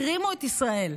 החרימו את ישראל,